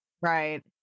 Right